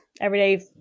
everyday